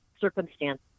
circumstance